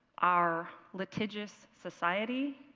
our litigious society?